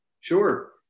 Sure